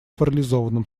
парализованном